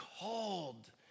called